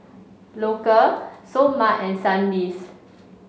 Loacker Seoul Mart and Sandisk